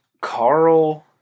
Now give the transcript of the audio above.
Carl